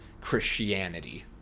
christianity